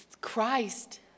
Christ